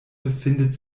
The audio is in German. befindet